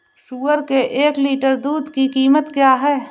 सुअर के एक लीटर दूध की कीमत क्या है?